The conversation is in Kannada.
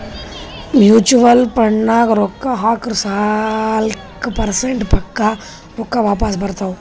ಮ್ಯುಚುವಲ್ ಫಂಡ್ನಾಗ್ ರೊಕ್ಕಾ ಹಾಕುರ್ ನಾಲ್ಕ ಪರ್ಸೆಂಟ್ರೆ ಪಕ್ಕಾ ರೊಕ್ಕಾ ವಾಪಸ್ ಬರ್ತಾವ್